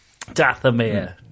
Dathomir